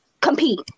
compete